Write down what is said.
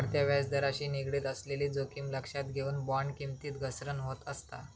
वाढत्या व्याजदराशी निगडीत असलेली जोखीम लक्षात घेऊन, बॉण्ड किमतीत घसरण होत असता